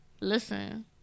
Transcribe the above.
Listen